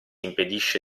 impedisce